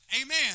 Amen